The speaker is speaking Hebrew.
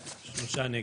3 נמנעים,